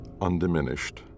Undiminished